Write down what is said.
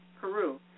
Peru